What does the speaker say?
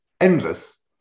endless